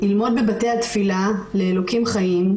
אילמות בבתי התפילה לאלוקים חיים,